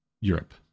Europe